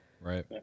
right